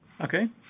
Okay